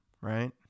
right